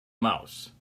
mouse